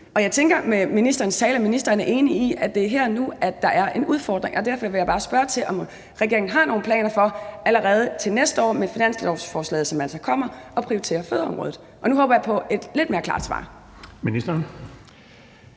Og jeg tænker ud fra ministerens tale, at ministeren er enig i, at det er her og nu, at der er en udfordring. Derfor vil jeg bare spørge til, om regeringen har nogle planer om allerede til næste år med finanslovsforslaget, som altså kommer, at prioritere fødeområdet. Og nu håber jeg på et lidt mere klart svar. Kl.